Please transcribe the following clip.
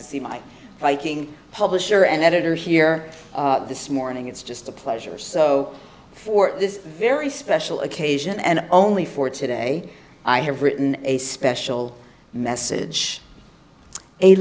to see my viking publisher and editor here this morning it's just a pleasure so for this very special occasion and only for today i have written a special message a